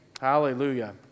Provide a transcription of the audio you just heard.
Hallelujah